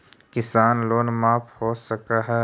किसान लोन माफ हो सक है?